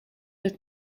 with